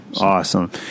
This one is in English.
Awesome